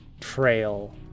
trail